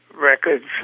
Records